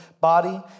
body